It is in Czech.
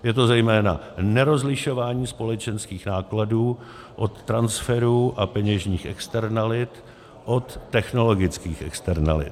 Je to zejména nerozlišování společenských nákladů od transferů a peněžních externalit od technologických externalit.